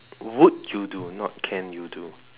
would you do not can you do